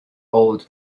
old